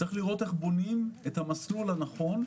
יש לראות איך בונים את המסלול הנכון,